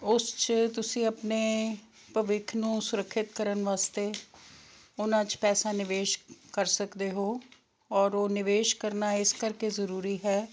ਉਸ 'ਚ ਤੁਸੀਂ ਆਪਣੇ ਭਵਿੱਖ ਨੂੰ ਸੁਰੱਖਿਅਤ ਕਰਨ ਵਾਸਤੇ ਉਨ੍ਹਾਂ 'ਚ ਪੈਸਾ ਨਿਵੇਸ਼ ਕਰ ਸਕਦੇ ਹੋ ਔਰ ਉਹ ਨਿਵੇਸ਼ ਕਰਨਾ ਇਸ ਕਰਕੇ ਜ਼ਰੂਰੀ ਹੈ